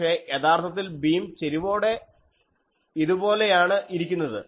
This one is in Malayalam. പക്ഷേ യഥാർത്ഥത്തിൽ ബീം ചെരിവോടെ ഇതു പോലെയാണ് ഇരിക്കുന്നത്